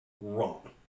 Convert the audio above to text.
wrong